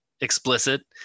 explicit